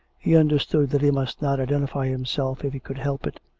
he understood that he must not identify himself if he could help it.